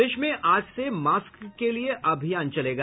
प्रदेश में आज से मास्क के लिए अभियान चलेगा